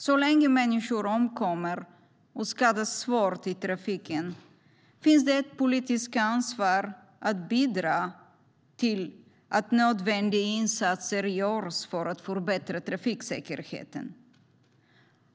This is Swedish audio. Så länge människor omkommer eller skadas svårt i trafiken finns det ett politiskt ansvar att bidra till att nödvändiga insatser görs för att förbättra trafiksäkerheten.